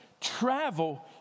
travel